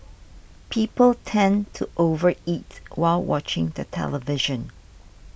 people tend to over eat while watching the television